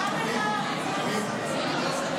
אם יש תקלה